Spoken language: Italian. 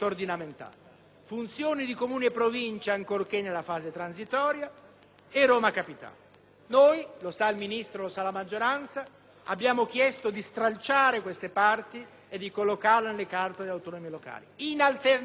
funzioni di comuni e Province, ancorché nella fase transitoria, e Roma Capitale. Come sanno il Ministro e la maggioranza, abbiamo chiesto di stralciare queste parti e di collocarle nella Carta delle autonomie locali.